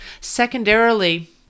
Secondarily